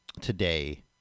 today